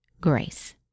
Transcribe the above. grace